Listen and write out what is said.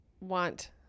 want